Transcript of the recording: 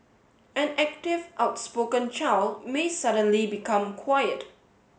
an active outspoken child may suddenly become quiet